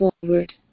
forward